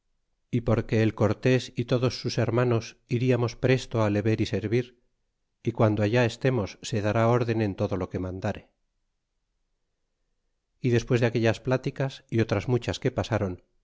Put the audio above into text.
y porque el cortés y todos sus hermanos iriamos presto á le ver y servir y cuando allá estemos se dará órden en todo lo que mandare y despues de aquellas pláticas y otras muchas que pasron